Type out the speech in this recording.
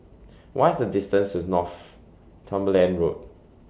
What IS The distance to Northumberland Road